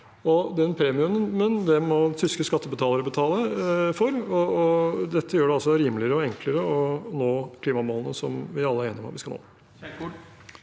Den premien må tyske skattebetalere betale, og det gjør det altså rimelige og enklere å nå klimamålene som vi alle er enige om at vi skal nå.